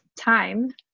time